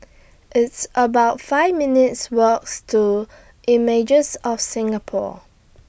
It's about five minutes' Walks to Images of Singapore